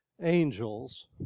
angels